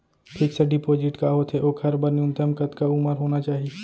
Fix deposit का होथे ओखर बर न्यूनतम कतका उमर होना चाहि?